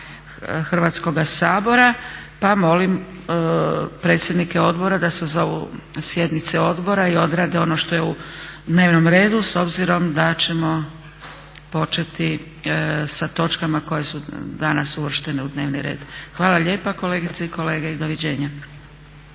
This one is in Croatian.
Hrvatskoga sabora pa molim predsjednike odbora da sazovu sjednice odbora i odrade ono što je dnevnom redu s obzirom da ćemo početi sa točkama koje su danas uvrštene u dnevni red. Hvala lijepa kolegice i kolege i doviđenja.